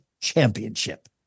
championship